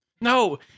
No